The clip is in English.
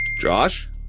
Josh